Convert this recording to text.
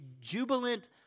jubilant